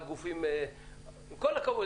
עם כל הכבוד,